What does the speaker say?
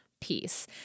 peace